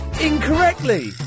incorrectly